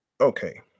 okay